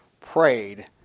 prayed